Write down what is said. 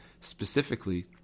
Specifically